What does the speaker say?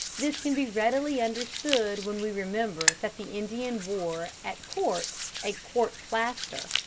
this can be readily understood when we remember that the indian wore at court a court plaster,